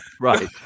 Right